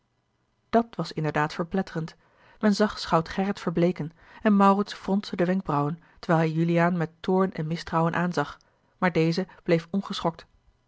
dat was inderdaad verpletterend men zag schout gerrit verbleeken en maurits fronste de wenkbrauwen terwijl hij juliaan met toorn en mistrouwen aanzag maar deze bleef